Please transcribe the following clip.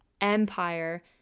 empire